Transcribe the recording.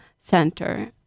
Center